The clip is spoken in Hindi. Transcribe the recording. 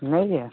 नई है